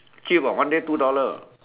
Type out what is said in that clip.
cheap ah one day two dollar ah